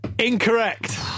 Incorrect